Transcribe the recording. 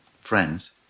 friends